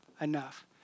enough